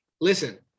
Listen